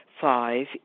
Five